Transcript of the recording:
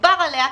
תגבר עליה,